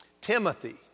Timothy